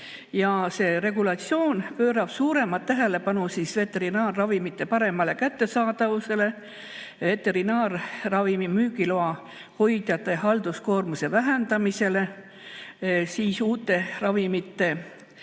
Regulatsioon pöörab suuremat tähelepanu veterinaarravimite paremale kättesaadavusele, veterinaarravimi müügiloa hoidjate halduskoormuse vähendamisele, uute ravimite